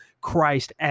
Christ